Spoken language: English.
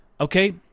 Okay